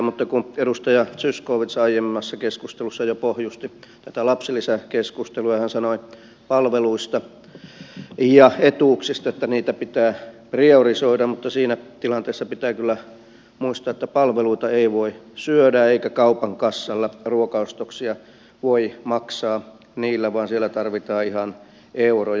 mutta kun edustaja zyskowicz aiemmassa keskustelussa jo pohjusti tätä lapsilisäkeskustelua ja hän sanoi palveluista ja etuuksista että niitä pitää priorisoida niin siinä tilanteessa pitää kyllä muistaa että palveluita ei voi syödä eikä kaupan kassalla ruokaostoksia voi maksaa niillä vaan siellä tarvitaan ihan euroja